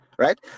right